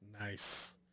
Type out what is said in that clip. Nice